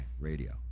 Radio